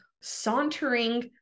sauntering